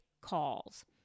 calls